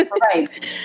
Right